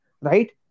right